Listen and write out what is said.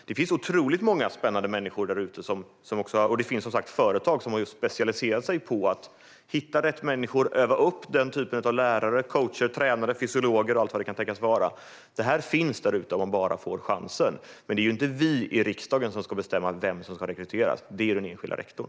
Det finns otroligt många spännande människor där ute - och företag, som sagt - som har specialiserat sig just på att hitta rätt människor, öva upp den typen av lärare, coacher, tränare, fysiologer och allt vad det kan tänkas vara. Detta finns där ute om man bara får chansen. Men det är inte vi i riksdagen som ska bestämma vem som ska rekryteras, utan det är den enskilda rektorn.